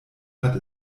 hat